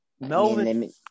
Melvin